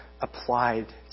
applied